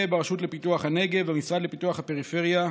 ברשות לפיתוח הנגב במשרד לפיתוח הפריפריה,